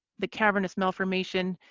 the cavernous malformation.